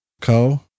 Co